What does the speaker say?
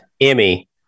Emmy